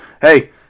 hey